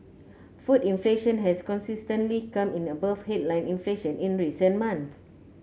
food inflation has consistently come in above headline inflation in recent months